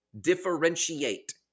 differentiate